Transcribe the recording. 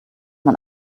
man